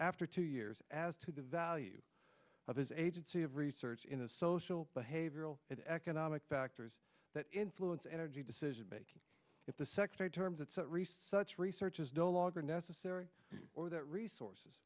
after two years as to the value of his agency of research in the social behavioral and economic factors that influence energy decision making if the secretary terms of such research is no longer necessary or that resources